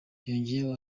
yongeyeho